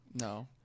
No